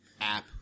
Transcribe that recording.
app